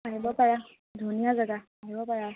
আহিব পাৰা ধুনীয়া জেগা আহিব পাৰা